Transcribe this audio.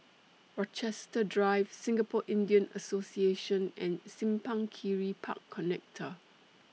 Rochester Drive Singapore Indian Association and Simpang Kiri Park Connector